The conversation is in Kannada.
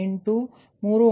98396 ಮತ್ತು −j0